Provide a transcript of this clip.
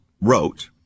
wrote